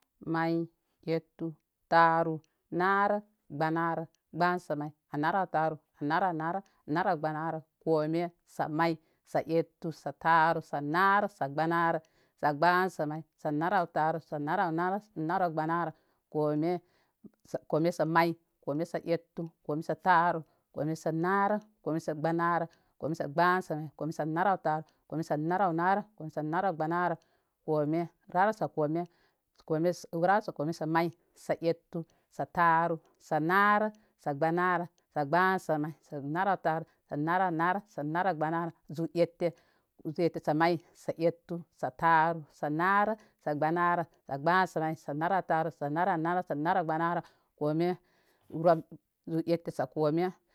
May ettu taru narə gbənarə gbəsə may a narə taru a narə naru a naru gbanarə kome kome sə-may sə-ettu sə-taru sə-naru sə gbənarə sə gbənsə may sə anarə taru sə narə naru sə naru gbanarə kome kome sə man kome sə ettu kome sə taru kome sə naru kome sə gbənarə kome sə gbənsə may kome sə gbatunsə may kome sə anarə taru kome sə a narə naru kome sə narə gbənarə kome rarə sə kome rarə sə kome sə may sə ettu sə taru sə narə sə gbənarə sə gbənsə may sə narə taru sə narə naru sa narə gbənarə zu ette, zu ette sə may sə ettu sə taru sə narə sə gbənarə sə gbənsamay sə naru taru sə naru narə sə nərə gbənarə kome zu ettu sataurn kome.